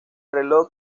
reloj